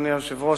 אדוני היושב-ראש,